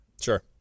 Sure